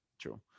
True